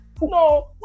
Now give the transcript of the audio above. no